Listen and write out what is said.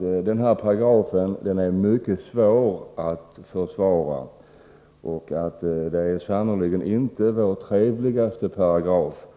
Den här paragrafen är mycket svår att försvara, och den är sannerligen inte den trevligaste paragrafen.